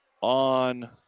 on